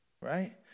right